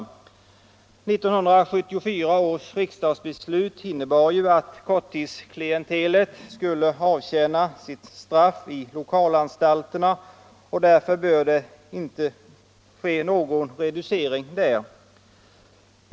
1974 års riksdagsbeslut innebar ju att korttidsklientelet skulle avtjäna sitt straff i lokalanstalterna, och därför bör inte någon reducering ske där.